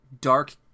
dark